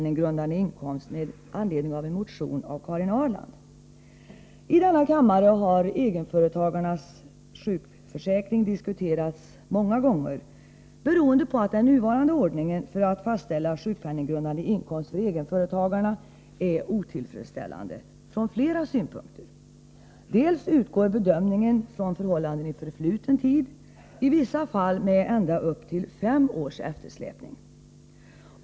I denna kammare har egenföretagarnas sjukförsäkring diskuterats många gånger, beroende på att den nuvarande ordningen för att fastställa sjukpenninggrundande inkomst för egenföretagarna är otillfredsställande från flera synpunkter. Dels utgår bedömningen från förhållanden i förfluten tid, i vissa fall med ända upp till fem års eftersläpning.